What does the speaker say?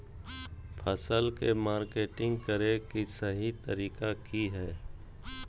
फसल के मार्केटिंग करें कि सही तरीका की हय?